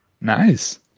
Nice